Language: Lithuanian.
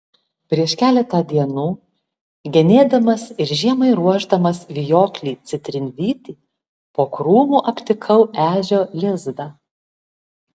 prieš keletą dienų genėdamas ir žiemai ruošdamas vijoklį citrinvytį po krūmu aptikau ežio lizdą